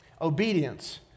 Obedience